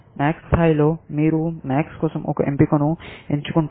MAX స్థాయిలో మీరు MAX కోసం ఒక ఎంపికను ఎంచుకుంటారు